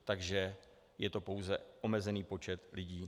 Takže je to pouze omezený počet lidí.